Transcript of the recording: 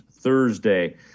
Thursday